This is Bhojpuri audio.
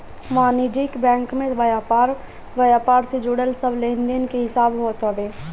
वाणिज्यिक बैंक में व्यापार व्यापार से जुड़ल सब लेनदेन के हिसाब होत हवे